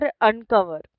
uncover